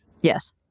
Yes